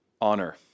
honor